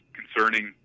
concerning